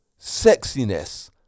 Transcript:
Sexiness